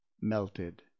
melted